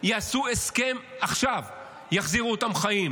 יעשו הסכם עכשיו יחזירו אותם חיים.